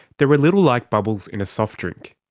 they are a little like bubbles in a soft drink.